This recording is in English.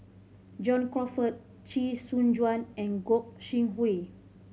John Crawfurd Chee Soon Juan and Gog Sing Hooi